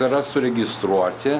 yra suregistruoti